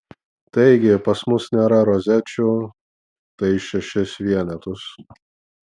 taigi pas mus nėra rozečių tai šešis vienetus